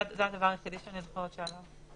זה הדבר היחיד שאני זוכרת שעלה.